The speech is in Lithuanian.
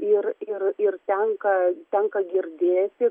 ir ir ir tenka tenka girdėti